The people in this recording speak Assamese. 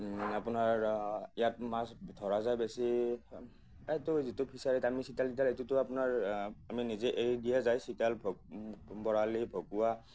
আপোনাৰ ইয়াত মাছ ধৰা যায় বেছি এইটো যিটো ফিছাৰিত আমি চিতল তিতল এইটোতো আপোনাৰ আমি নিজে এৰি দিয়া যায় চিতল বৰালি ভকুৱা